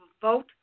vote